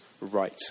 right